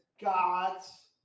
God's